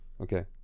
Okay